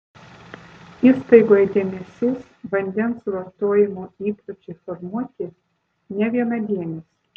įstaigoje dėmesys vandens vartojimo įpročiui formuoti ne vienadienis